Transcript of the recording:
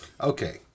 okay